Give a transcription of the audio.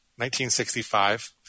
1965